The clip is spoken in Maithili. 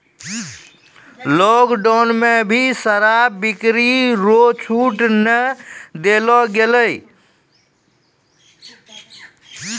लोकडौन मे भी शराब बिक्री रो छूट नै देलो गेलै